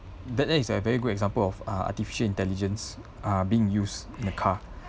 that that is a very good example of uh artificial intelligence uh being used in the car